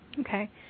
Okay